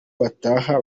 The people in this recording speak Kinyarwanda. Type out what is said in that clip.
bataha